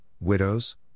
widows